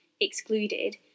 excluded